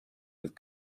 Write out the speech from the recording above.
with